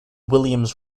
williams